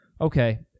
Okay